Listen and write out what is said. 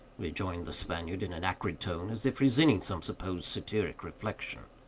rejoined the spaniard, in an acrid tone, as if resenting some supposed satiric reflection.